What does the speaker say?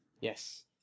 Yes